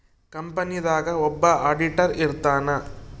company ದಾಗ ಒಬ್ಬ auditor ಇರ್ತಾನ